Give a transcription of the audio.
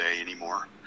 anymore